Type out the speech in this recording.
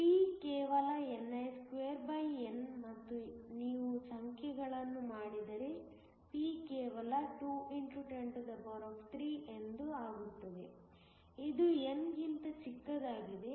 p ಕೇವಲ ni2n ಮತ್ತು ನೀವು ಸಂಖ್ಯೆಗಳನ್ನು ಮಾಡಿದರೆ p ಕೇವಲ 2 x 103 ಎಂದಾಗುತ್ತದೆ ಇದು n ಗಿಂತ ಚಿಕ್ಕದಾಗಿದೆ